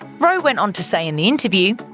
rowe went on to say in the interview,